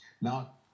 Now